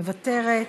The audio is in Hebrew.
מוותרת.